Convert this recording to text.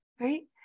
right